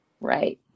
Right